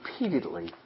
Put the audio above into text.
repeatedly